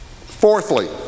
fourthly